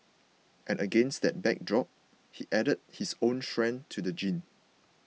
and against that backdrop he has added his own strain to the genre